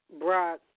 Brock